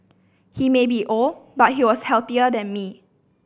he may be old but he was healthier than me